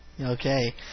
Okay